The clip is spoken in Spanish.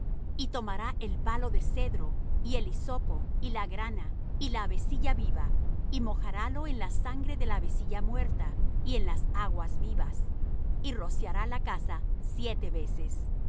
y tomará el palo de cedro y el hisopo y la grana y la avecilla viva y mojarálo en la sangre de la avecilla muerta y en las aguas vivas y rociará la casa siete veces